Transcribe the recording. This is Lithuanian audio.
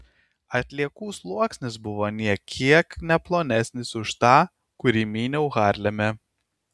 atliekų sluoksnis buvo nė kiek ne plonesnis už tą kurį myniau harleme